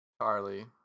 Charlie